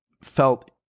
felt